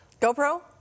gopro